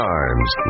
Times